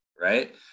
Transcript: right